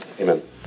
Amen